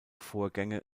vorgänge